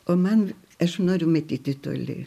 o man aš noriu matyti toli